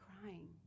crying